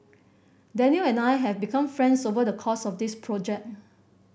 Danial and I have become friends over the course of this project